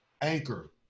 Anchor